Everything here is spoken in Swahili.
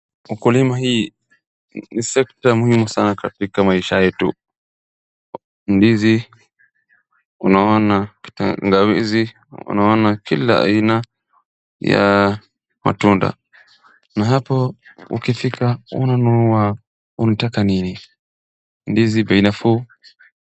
Ukulima hii ni sekta muhimu sana katika maisha yetu, ndizi unaona tangawizi, unaona kila aina ya matunda na hapo ukifika kununua unataka nini, ndizi bei nafuu.